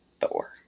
Thor